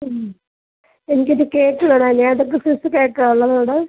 എനിക്കൊരു കേക്ക് വേണമായിരുന്നു ഏതൊക്കെ സൈസ് കേക്ക് ആണ് ഉള്ളത് അവിടെ